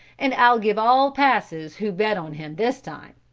and i'll give all passes who bet on him this time.